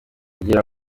kugira